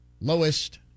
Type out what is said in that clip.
lowest